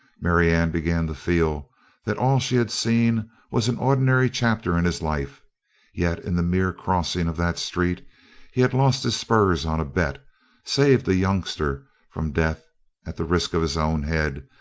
marianne began to feel that all she had seen was an ordinary chapter in his life yet in the mere crossing of that street he had lost his spurs on a bet saved a youngster from death at the risk of his own head,